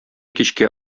кичкә